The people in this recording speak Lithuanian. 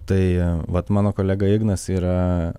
tai vat mano kolega ignas yra